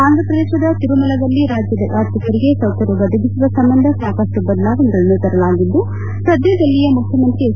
ಆಂಧ್ರ ಪ್ರದೇಶದ ತಿರುಮಲದಲ್ಲಿ ರಾಜ್ಯದ ಯಾತ್ರಿಕರಿಗೆ ಸೌಕರ್ಯ ಒದಗಿಸುವ ಸಂಬಂಧ ಸಾಕಷ್ಟು ಬದಲಾವಣೆಗಳನ್ನು ತರಲಾಗಿದ್ದು ಸದ್ಯದಲ್ಲೇ ಮುಖ್ಯಮಂತಿ ಎಚ್